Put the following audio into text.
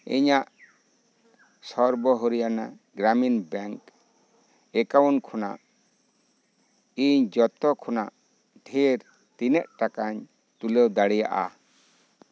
ᱤᱧᱟᱜ Sarva Haryana Gramin bank account ᱠᱷᱚᱱᱟᱜ ᱤᱧ ᱡᱷᱚᱛᱚ ᱠᱷᱚᱱᱟᱜ ᱫᱷᱮᱨ ᱛᱤᱱᱟᱹᱜ ᱴᱟᱠᱟᱧ ᱛᱩᱞᱟᱹᱣ ᱫᱟᱲᱮᱭᱟᱜᱼᱟ